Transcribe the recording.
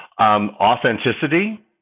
Authenticity